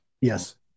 Yes